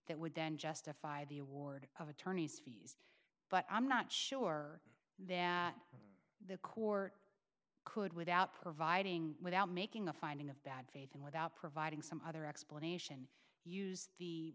that would then justify the award of attorney's fees but i'm not sure there the court could without providing without making a finding of bad faith and without providing some other explanation use the